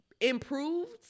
improved